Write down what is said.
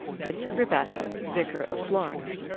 vincent rabbatta, vicar of florence.